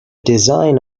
design